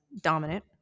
dominant